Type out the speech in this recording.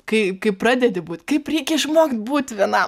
kai kai pradedi būt kaip reikia išmokt būt vienam